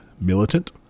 militant